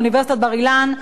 מאוניברסיטת בר-אילן,